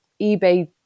eBay